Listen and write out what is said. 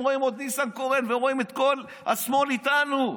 רואים את ניסנקורן ורואים את כל השמאל איתנו.